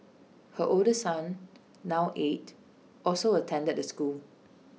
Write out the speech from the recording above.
her older son now eight also attended the school